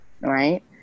right